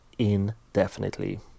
indefinitely